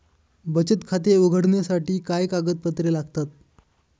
बचत खाते उघडण्यासाठी काय कागदपत्रे लागतात?